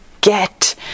get